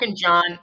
John